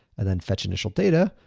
and then fetch initial data,